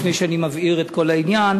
לפני שאני מבהיר את כל העניין: